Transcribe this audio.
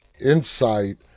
insight